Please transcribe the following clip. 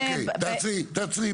אוקיי, תעצרי, תעצרי.